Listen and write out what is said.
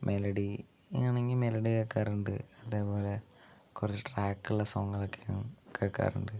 melody ആണെങ്കിൽ melody കേൾക്കാറുണ്ട് അതേപോലെ കുറച്ച് ട്രാക്കുള്ള സോങ്ങുകളൊക്കെ കേൾക്കാറുണ്ട്